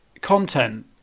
content